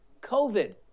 COVID